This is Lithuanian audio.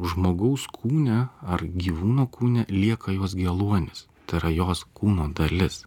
žmogaus kūne ar gyvūno kūne lieka jos geluonis tai yra jos kūno dalis